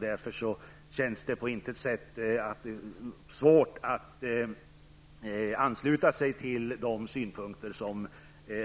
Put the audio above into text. Därför känns det på intet sätt svårt att ansluta sig till de synpunkter som Jan-Olof